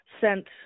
sent